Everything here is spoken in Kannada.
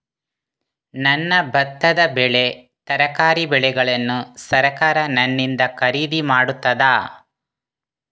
ನನ್ನ ಭತ್ತದ ಬೆಳೆ, ತರಕಾರಿ ಬೆಳೆಯನ್ನು ಸರಕಾರ ನನ್ನಿಂದ ಖರೀದಿ ಮಾಡುತ್ತದಾ?